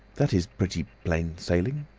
that is pretty plain sailing.